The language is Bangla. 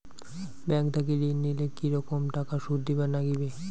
ব্যাংক থাকি ঋণ নিলে কি রকম টাকা সুদ দিবার নাগিবে?